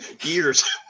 years